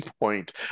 point